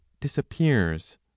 disappears